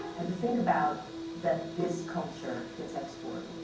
and to think about that this culture gets exported.